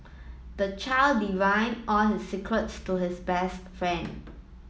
the child divulged all his secrets to his best friend